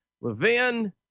Levin